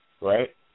right